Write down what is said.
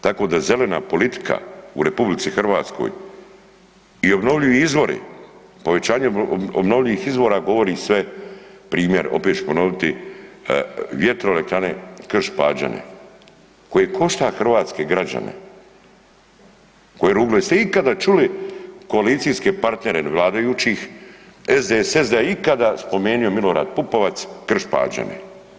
Tako da zelena politika u RH i obnovljivi izvori, povećanje obnovljivih izvora govori sve, primjer, opet ću ponoviti vjetroelektrane Krš-Pađene koje košta hrvatske građane ... jeste ikada čuli koalicijske partnere vladajućih SDSS da je ikada spomenuo, Milorad Pupovac Krš-Pađene?